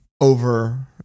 over